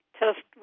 test